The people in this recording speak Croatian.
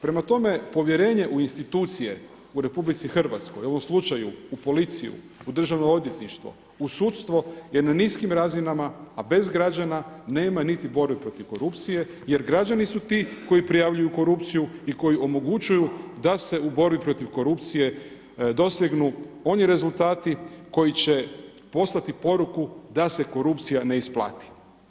Prema tome, povjerenje u institucije u RH, u ovom slučaju u policiju, u državno odvjetništvo, u sudstvo je na niskim razinama, a bez građana nema niti borbe protiv korupcije jer građani su ti koji prijavljuju korupciju i koji omogućuju da se u borbi protiv korupcije dosegnu oni rezultati koji će poslati poruku da se korupcija ne isplati.